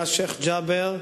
היה השיח' ג'בר,